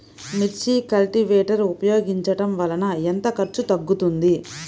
మిర్చి కల్టీవేటర్ ఉపయోగించటం వలన ఎంత ఖర్చు తగ్గుతుంది?